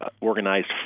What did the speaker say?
organized